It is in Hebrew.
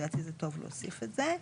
לדעתי זה טוב להוסיף את זה.